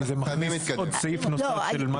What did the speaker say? זה עוד סעיף נוסף של מה קורה אם יהיה שוויון.